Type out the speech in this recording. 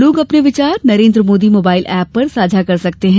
लोग अपने विचार नरेन्द्र मोदी मोबाइल एप पर साझा कर सकते हैं